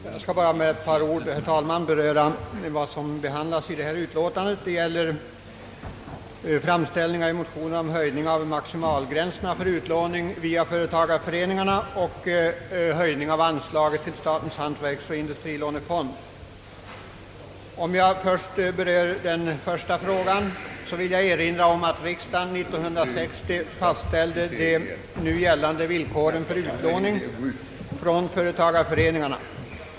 Bara ett par ord, herr talman, för att beröra vad som behandlas i detta utlåtande. Det gäller framställning om höjning av maximalgränserna för utlåning via företagarföreningarna och höjning av anslaget till statens hantverksoch industrilånefond. Om jag först berör den första frågan vill jag erinra om att riksdagen 1960 fastställde de nu gällande villkoren för utlåning från företagarföreningarna.